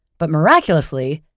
but, miraculously,